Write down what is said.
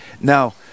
Now